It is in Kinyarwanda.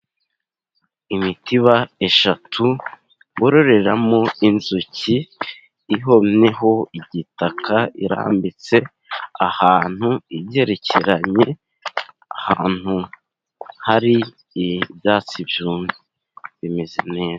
Imitiba eshatu bororeramo inzuki ihomyeho igitaka irambitse ahantu igerekeranye ahantu hari ibyatsi byumye bimeze neza.